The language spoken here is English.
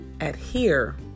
adhere